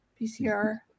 PCR